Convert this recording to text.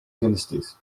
dynasties